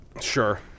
Sure